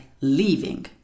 leaving